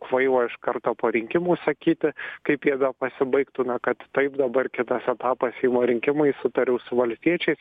kvaila iš karto po rinkimų sakyti kaip jie bepasibaigtų na kad taip dabar kitas etapas seimo rinkimai sutariau su valstiečiais